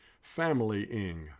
family-ing